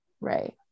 right